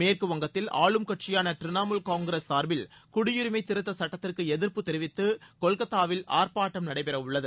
மேற்கு வங்கத்தில் ஆளும் கட்சியான திரிணாமுல் காங்கிரஸ் சார்பில் குடியுரிமை திருத்தச் சட்டத்திற்கு எதிர்ப்பு தெரிவித்து கொல்கத்தாவில் ஆர்ப்பாட்டம் நடைபெறவுள்ளது